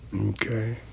okay